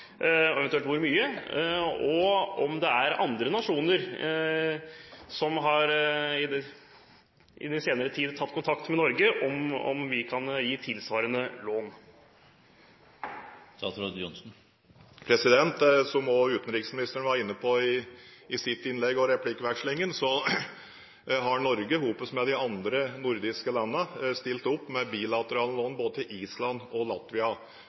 og eventuelt hvor mye – og er det andre nasjoner som i den senere tid har tatt kontakt med Norge angående å gi tilsvarende lån? Som også utenriksministeren var inne på i sitt innlegg og i replikkvekslingen, har Norge – sammen med de andre nordiske landene – stilt opp med bilaterale lån til både Island og Latvia,